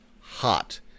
hot